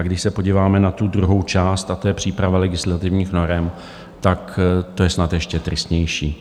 Když se podíváme na tu druhou část, a to je příprava legislativních norem, tak to je snad ještě tristnější.